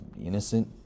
innocent